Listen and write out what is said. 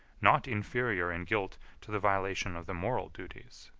not inferior in guilt to the violation of the moral duties.